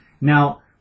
Now